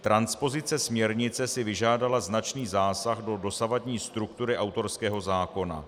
Transpozice směrnice si vyžádala značný zásah do dosavadní struktury autorského zákona.